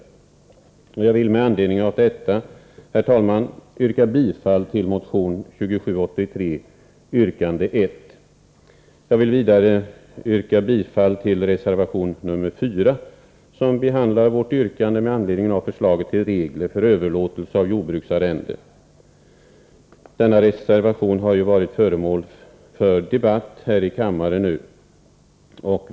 Jag vill, herr talman, med anledning av detta yrka bifall till motion 2783, yrkande 1. Vidare yrkar jag bifall till reservation nr 4, som behandlar vårt yrkande med anledning av förslaget till regler för överlåtelse av jordbruksarrende. Denna reservation har ju varit föremål för debatt här i kammaren i dag.